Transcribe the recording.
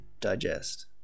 digest